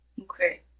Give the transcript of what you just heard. okay